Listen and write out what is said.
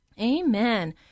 amen